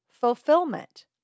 fulfillment